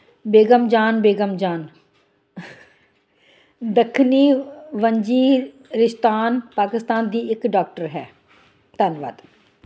ਬੇਗਮ ਜਾਨ ਬੇਗਮ ਜਾਨ ਦੱਖਣੀ ਵੰਜੀਰਿਸਤਾਨ ਪਾਕਿਸਤਾਨ ਦੀ ਇੱਕ ਡਾਕਟਰ ਹੈ ਧੰਨਵਾਦ